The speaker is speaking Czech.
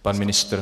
Pan ministr?